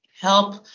help